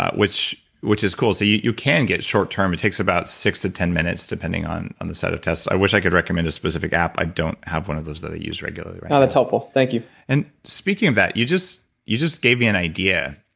ah which which is cool. so you you can get short term, it takes about six to ten minutes, depending on on the set of tests. i wish i could recommend a specific app, i don't have one of those that i use regularly right now no, that's helpful, thank you and speaking of that, you just you just gave me an idea